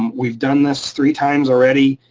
we've done this three times already,